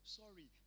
sorry